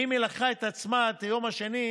ואם היא לקחה על עצמה את היום השני,